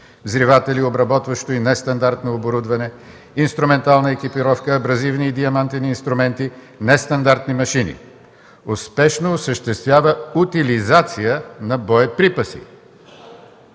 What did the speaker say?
взриватели, обработващо и нестандартно оборудване, инструментална екипировка, абразивни и диамантени инструменти, нестандартни машини, успешно осъществява утилизация на боеприпаси.